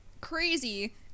Crazy